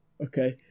okay